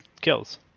kills